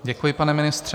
Děkuji, pane ministře.